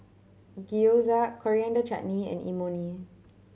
Gyoza Coriander Chutney and Imoni